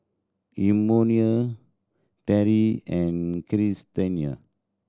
Emmanuel Teri and Krystina